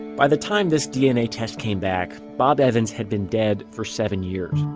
by the time this dna test came back, bob evans had been dead for seven years,